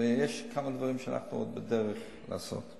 ויש כמה דברים שאנחנו עוד בדרך לעשות.